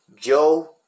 joe